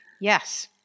Yes